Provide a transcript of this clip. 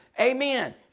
Amen